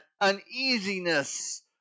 uneasiness